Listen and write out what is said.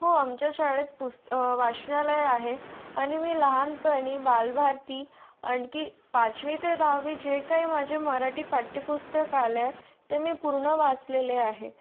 हो आमच्या शाळेत पुस्त वाचनालय आहेत आणि मी लहानपणी बालभारती आणखी पाचवी ते दहावी जे काही माझे मराठी पाठ्यपुस्तक आलं आहे ते मी पूर्ण वाचलेले आहे